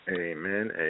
Amen